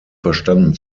verstanden